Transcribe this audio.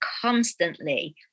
constantly